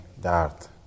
d'art